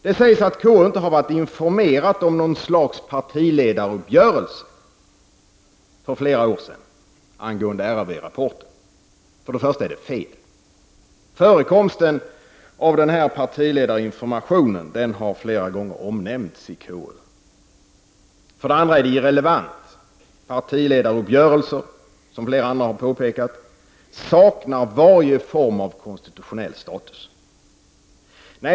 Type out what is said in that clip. Det sägs att KU inte har varit informerat om något slags partiledaruppgörelse för flera år sedan angående RRV-rapporten. För det första är det fel. Förekomsten av denna partiledarinformation har flera gånger omnämnts i KU. För det andra är det irrelevant. Som redan har påpekats saknar partiledaruppgörelser varje form av konstitutionell status.